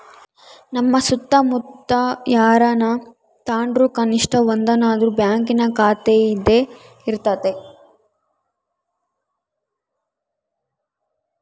ನಮ್ಮ ಸುತ್ತಮುತ್ತ ಯಾರನನ ತಾಂಡ್ರು ಕನಿಷ್ಟ ಒಂದನಾದ್ರು ಬ್ಯಾಂಕಿನ ಖಾತೆಯಿದ್ದೇ ಇರರ್ತತೆ